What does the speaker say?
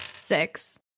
Six